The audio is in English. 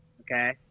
Okay